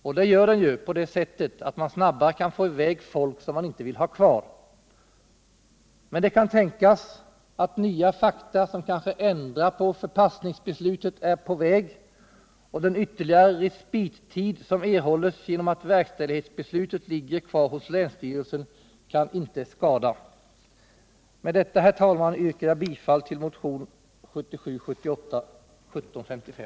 Och det gör den ju på det sättet att man snabbare kan få i väg folk som man inte vill ha kvar. Men det kan tänkas att nya fakta som kanske ändrar på förpassningsbeslutet är på väg, och den ytterligare respittid som erhålles genom att verkställighetsbeslutet ligger kvar hos länsstyrelsen kan inte skada. Med detta, herr talman, yrkar jag bifall till motionen 1977/78:1755.